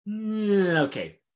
Okay